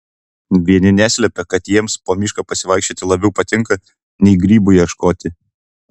vieni neslepia kad jiems po mišką pasivaikščioti labiau patinka nei grybų ieškoti